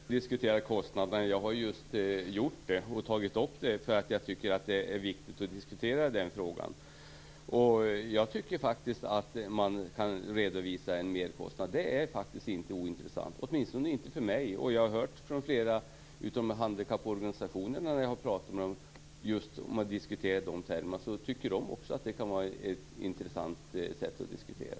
Herr talman! Jag är inte alls rädd för att diskutera kostnaderna - jag har ju just tagit upp frågan därför att jag tycker att den är viktig att diskutera. Jag tycker faktiskt att man skall kunna redovisa en merkostnad. Det är inte ointressant, åtminstone inte för mig. I diskussioner med flera handikapporganisationer har jag hört att också de tycker att merkostnaden är intressant att diskutera.